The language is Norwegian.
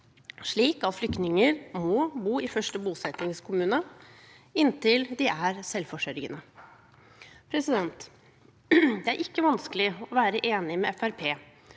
slik at flyktninger må bo i første bosettingskommune inntil de er selvforsørgende. Det er ikke vanskelig å være enig med